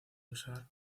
usar